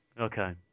Okay